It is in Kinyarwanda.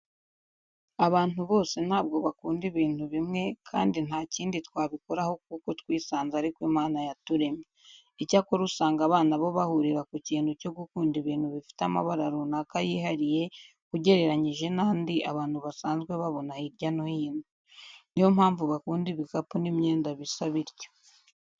Abantu bose ntabwo bakunda ibintu bimwe kandi nta kindi twabikoraho kuko twisanze ariko imana yaturemye. Icyakora usanga abana bo bahurira ku kintu cyo gukunda ibintu bifite amabara runaka yihariye ugereranyije n'andi abantu basanzwe babona hirya no hino. Ni yo mpamvu bakunda ibikapu n'imyenda bisa bityo.